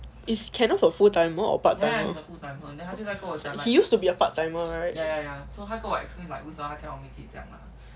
is kenneth a full timer or part time